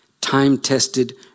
time-tested